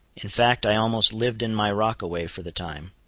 in fact i almost lived in my rockaway for the time.